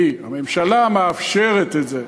אני, הממשלה מאפשרת את זה.